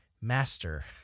master